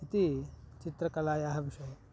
इति चित्रकलायाः विषये